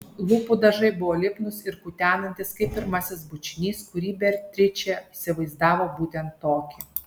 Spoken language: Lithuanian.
lūpų dažai buvo lipnūs ir kutenantys kaip pirmasis bučinys kurį beatričė įsivaizdavo būtent tokį